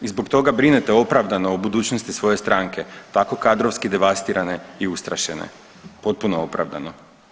I zbog toga brinete opravdano o budućnosti svoje stranke, tako kadrovski devastirane i ustrašene potpuno opravdano.